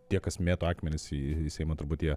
tie kas mėto akmenis į į seimą turbūt tie